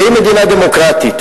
והיא מדינה דמוקרטית,